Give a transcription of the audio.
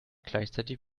gleichzeitig